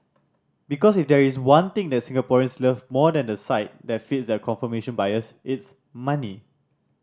because if there is one thing that Singaporeans love more than a site that feeds their confirmation bias it's money